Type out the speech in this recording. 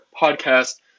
podcast